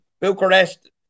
Bucharest